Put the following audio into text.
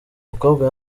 mukobwa